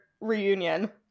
reunion